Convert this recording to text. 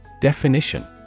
Definition